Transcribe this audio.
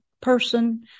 person